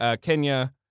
Kenya